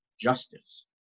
justice